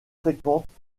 fréquentes